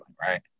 right